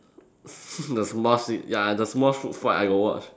the Smosh ya the Smosh food fight I got watch